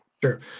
Sure